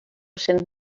cents